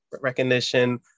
recognition